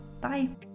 Bye